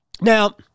Now